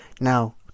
now